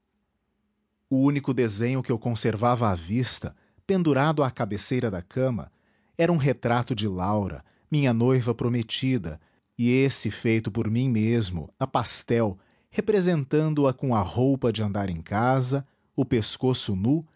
o único desenho que eu conservava à vista pendurado à cabeceira da cama era um retrato de laura minha noiva prometida e esse feito por mim mesmo a pastel representando a com a roupa de andar em casa o pescoço nu